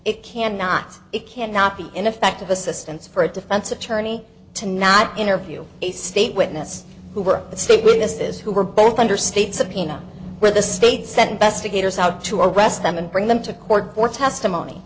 it can not it cannot be ineffective assistance for a defense attorney to not interview a state witness who were the state witnesses who were both under state subpoena where the state sent besta gators out to arrest them and bring them to court for testimony